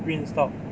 greens stop